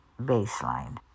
baseline